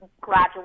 graduate